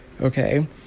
Okay